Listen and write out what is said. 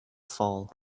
fall